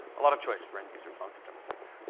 a lot of choice for end users on september second.